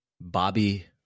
Bobby